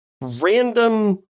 random